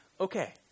Okay